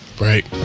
Right